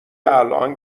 الان